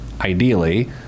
ideally